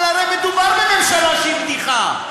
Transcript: אבל הרי מדובר בממשלה שהיא בדיחה.